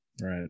Right